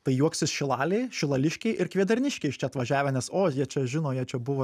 tai juoksis šilalė šilališkiai ir kvėdarniškiai iš čia atvažiavę nes o jie čia žino jie čia buvo